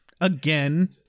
again